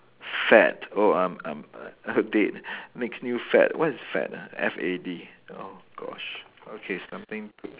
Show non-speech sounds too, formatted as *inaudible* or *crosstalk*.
fad oh I'm I'm *laughs* I'm dead next new fad what is fad ah F A D oh gosh okay something could